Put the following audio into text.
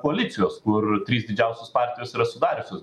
koalicijos kur trys didžiausios partijos yra sudariusios